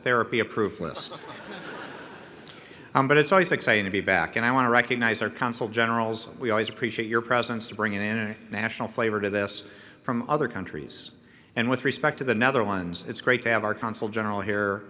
therapy approved list but it's always exciting to be back and i want to recognize our consul generals we always appreciate your presence to bring in a national flavor to this from other countries and with respect to the netherlands it's great to have our consul general here